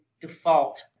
default